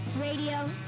radio